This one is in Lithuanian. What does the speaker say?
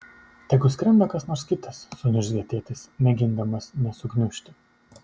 tegu skrenda kas nors kitas suniurzgė tėtis mėgindamas nesugniužti